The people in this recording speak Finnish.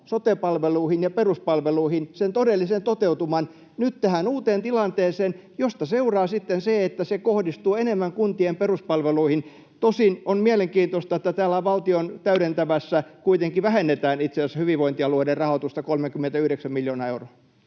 sote-palveluihin ja peruspalveluihin, sen todellisen toteutuman, nyt tähän uuteen tilanteeseen, mistä seuraa sitten se, että se kohdistuu enemmän kuntien peruspalveluihin. Tosin on mielenkiintoista, että täällä täydentävässä esityksessä kuitenkin vähennetään itse asiassa hyvinvointialueiden rahoitusta 39 miljoonaa euroa.